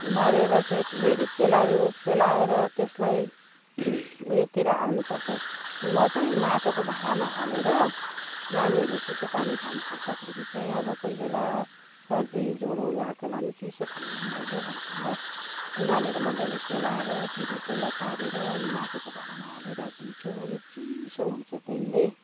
उमालेर चाहिँ फेरि सेलायो सेलाएर त्यसलाई उयो तिर हाल्नु पर्छ म चाहिँ माटोको भाँडामा हालेर नानीहरूले चिसो पानी खानु खोज्दाखेरि चाहिँ अब कोही बेला सर्दी जरोहरू आएको बेलामा पनि चिसो खानु मन लाग्यो भन्छन र उमालेर मजाले सेलाएर फेरि त्यसलाई तारेर अनि माटोको भाँडामा हाली राखिदिन्छु अनि चिसो हुन्छ त्यसले